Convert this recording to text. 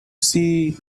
see